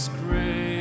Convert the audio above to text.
great